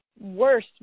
Worse